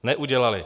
Neudělaly.